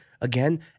again